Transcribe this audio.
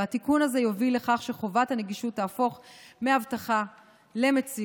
והתיקון הזה יוביל לכך שחובת הנגישות תהפוך מהבטחה למציאות.